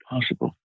possible